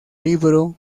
libro